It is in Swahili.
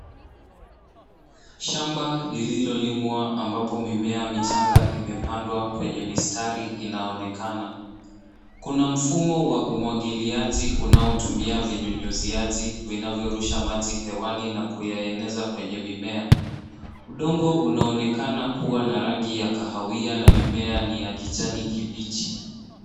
Shamba lililolimwa ambapo mimea michanga imepandwa kwenye mistari inayoonekana. Kuna mfumo wa umwagiliaji unaotumia vinyunyiziaji ivnavyorusha maji hewani na kuyaeneza kwenye mimea. Udongo unaonekana kuwa na rangi ya kahawia na mimea ni ya kijani kibichi.